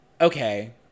okay